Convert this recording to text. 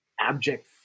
abject